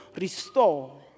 restore